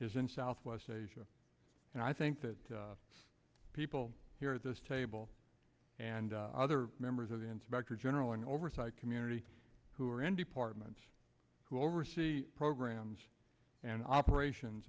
is in southwest asia and i think the people here at this table and other members of the inspector general an oversight community who are in departments who oversee programs and operations